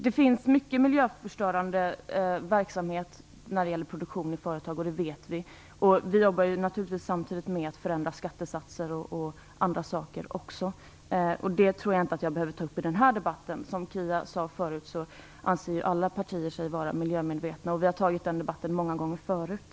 Det finns mycket miljöförstörande produktion i företagen. Det vet vi. Vi arbetar naturligtvis samtidigt med att förändra skattesatser o.dyl. Det behöver jag nog inte ta upp i den här debatten. Som Kia Andreasson sade förut anser sig ju alla partier vara miljömedvetna. Vi har debatterat det många gånger förut.